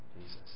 Jesus